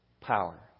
power